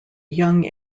young